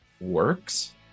works